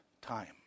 time